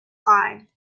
side